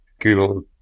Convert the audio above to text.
Google